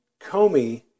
Comey